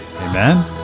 Amen